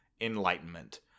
enlightenment